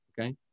okay